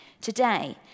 today